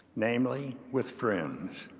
namely, with friends.